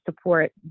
support